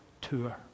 tour